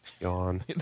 Yawn